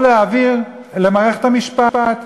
או להעביר למערכת המשפט,